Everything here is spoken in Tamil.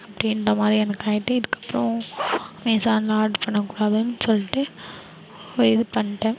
அப்படி இந்த மாதிரி எனக்காகிட்டு இதுக்கப்றம் அமேஸானில் ஆர்ட்ரு பண்ணக்கூடாதுன்னு சொல்லிட்டு இப்போ இது பண்ணிட்டேன்